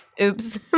Oops